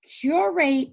curate